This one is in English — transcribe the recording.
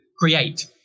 create